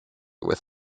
with